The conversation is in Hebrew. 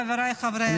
חבריי חברי הכנסת,